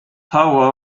power